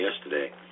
yesterday